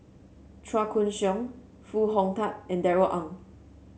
Chua Koon Siong Foo Hong Tatt and Darrell Ang